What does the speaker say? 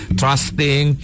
trusting